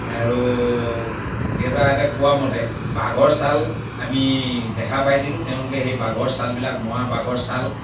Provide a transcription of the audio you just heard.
আৰু দেউতাহঁতে কোৱামতে বাঘৰ চাল আমি দেখা পাইছিলোঁ তেওঁলোকে সেই বাঘৰ চালবিলাক মৰা বাঘৰ চাল